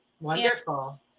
Wonderful